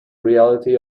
reality